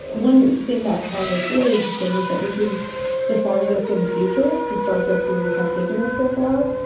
one thing that part that's really interesting is that this is the farthest in the future that star trek series have taken us so far.